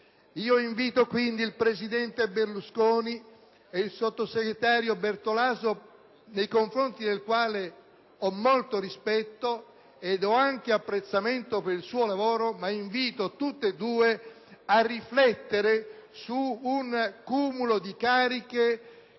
Invito quindi il presidente Berlusconi e il sottosegretario Bertolaso, nei confronti del quale ho molto rispetto e anche apprezzamento per il suo lavoro, a riflettere su un cumulo di cariche